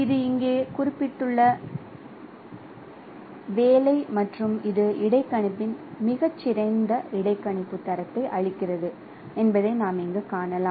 இது இங்கே குறிப்பிடப்பட்டுள்ள வேலை மற்றும் இது இடைக்கணிப்பின் மிகச் சிறந்த இடைக்கணிப்பு தரத்தை அளிக்கிறது என்பதைக் காணலாம்